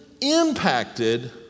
impacted